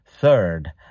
Third